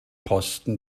posten